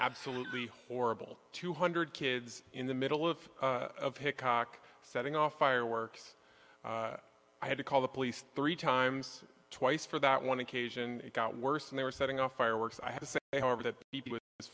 absolutely horrible two hundred kids in the middle of a cock setting off fireworks i had to call the police three times twice for that one occasion it got worse and they were setting off fireworks i have to say they however that